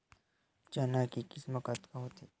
चना के किसम कतका होथे?